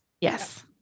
Yes